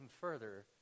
further